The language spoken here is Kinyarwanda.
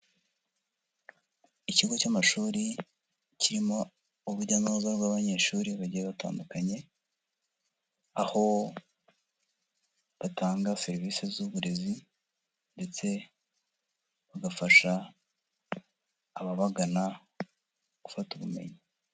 Ikigo cy'amashuri kirimo urujya n'uruza rw'abanyeshuri bagiye batandukanye, aho batanga serivise z'uburezi ndetse bagafasha ababagana gufata ubumenyi.